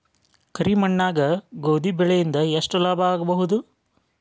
ಕರಿ ಮಣ್ಣಾಗ ಗೋಧಿ ಬೆಳಿ ಇಂದ ಎಷ್ಟ ಲಾಭ ಆಗಬಹುದ?